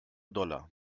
dollar